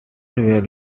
were